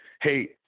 hey